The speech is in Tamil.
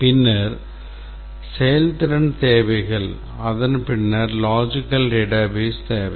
பின்னர் செயல்திறன் தேவைகள் அதன் பின்னர் Logical Database தேவை